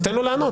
אז תן לו לענות.